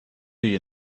you